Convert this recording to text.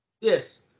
Yes